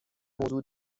موضوع